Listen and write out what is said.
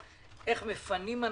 איך מפנים אנשים,